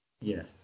Yes